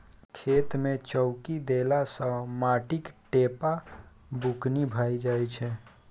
खेत मे चौकी देला सँ माटिक ढेपा बुकनी भए जाइ छै